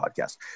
podcast